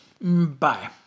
Bye